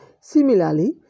Similarly